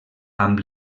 amb